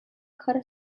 کار